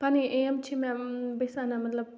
پَنٕںۍ ایم چھِ مےٚ بہٕ چھَس وَنان مطلب